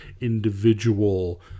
individual